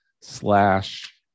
slash